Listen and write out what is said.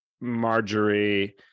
Marjorie